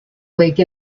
lake